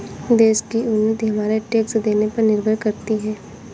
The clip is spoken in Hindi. देश की उन्नति हमारे टैक्स देने पर निर्भर करती है